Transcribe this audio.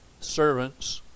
Servants